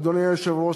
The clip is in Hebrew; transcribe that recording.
אדוני היושב-ראש,